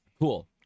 cool